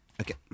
Okay